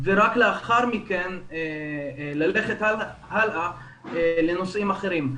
ורק לאחר מכן ללכת הלאה לנושאים אחרים.